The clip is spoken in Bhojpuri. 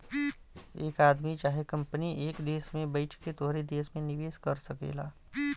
एक आदमी चाहे कंपनी एक देस में बैइठ के तोहरे देस मे निवेस कर सकेला